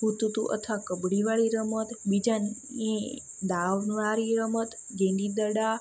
હુતુતુ અથવા કબડીવાળી રમત બીજા એ દાવવાળી રમત ગેડી દડા